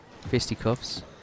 fisticuffs